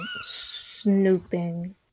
snooping